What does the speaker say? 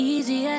Easy